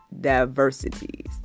diversities